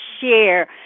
share